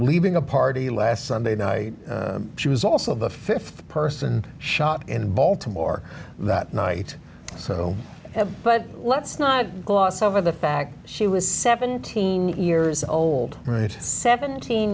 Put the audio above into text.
leaving a party last sunday night she was also the th person shot in baltimore that night so but let's not gloss over the fact she was seventeen years old right seventeen